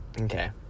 Okay